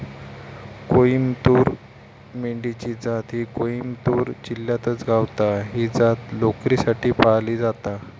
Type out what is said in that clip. कोईमतूर मेंढी ची जात ही कोईमतूर जिल्ह्यातच गावता, ही जात लोकरीसाठी पाळली जाता